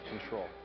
control